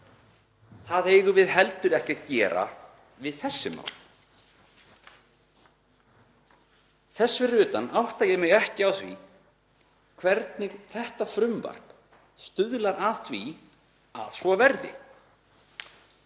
Það eigum við heldur ekki að gera við þessi mál. Þess fyrir utan átta ég mig ekki á því hvernig þetta frumvarp stuðlar að því að svo verði.